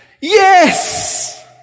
Yes